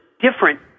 different